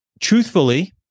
truthfully